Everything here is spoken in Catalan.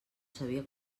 sabia